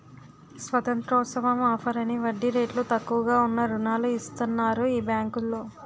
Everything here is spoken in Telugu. స్వతంత్రోత్సవం ఆఫర్ అని వడ్డీ రేట్లు తక్కువగా ఉన్న రుణాలు ఇస్తన్నారు ఈ బేంకులో